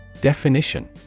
Definition